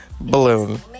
balloon